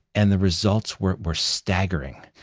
and the results were were staggering.